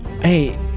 hey